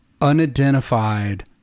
Unidentified